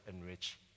enrich